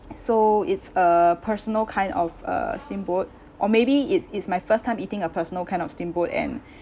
so it's a personal kind of uh steamboat or maybe it is my first time eating a personal kind of steamboat and